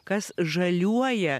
kas žaliuoja